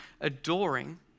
adoring